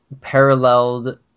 paralleled